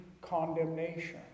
Condemnation